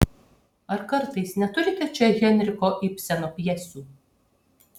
ar kartais neturite čia henriko ibseno pjesių